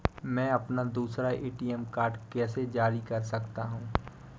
मैं अपना दूसरा ए.टी.एम कार्ड कैसे जारी कर सकता हूँ?